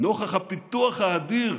נוכח הפיתוח האדיר